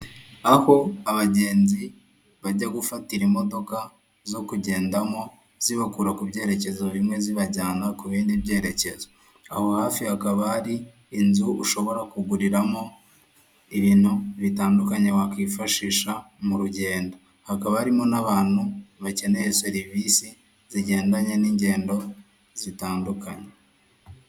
Aho abagenzi bajya gufatira imodoka zo kugendamo zibakura ku byerekezo bimwe zibajyana ku bindi byerekezo, aho hafi hakaba hari inzu ushobora kuguriramo ibintu bitandukanye wakwifashisha mu rugendo, hakaba harimo n'abantu bakeneye serivisi zigendanye n'ingendo zitandukanye.